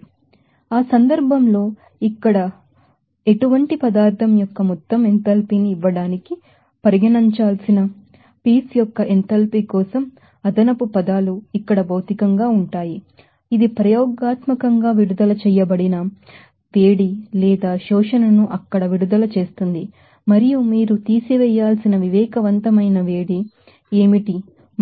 కాబట్టి ఆ సందర్భంలో ఇక్కడ వంటి పదార్థం యొక్క మొత్తం ఎంథాల్పీని ఇవ్వడానికి పరిగణించాల్సిన పీస్ యొక్క ఎంథాల్పీ కోసం అదనపు పదాలు ఇక్కడ భౌతికంగా ఉంటాయి ఇది ప్రయోగాత్మకంగా విడుదల చేయబడిన రిలీజ్ లేదా అబ్సర్ప్షన్ ను అక్కడ విడుదల చేస్తుంది మరియు మీరు తీసివేయాల్సిన సెన్సిబిల్ హీట్ ఏమిటి